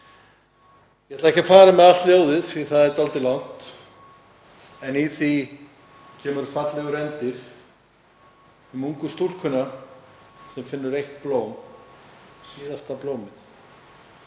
Ég ætla ekki að fara með allt ljóðið því það er dálítið langt, en í því kemur fallegur endir um ungu stúlkuna sem finnur eitt blóm, síðasta blómið